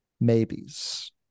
maybes